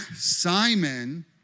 Simon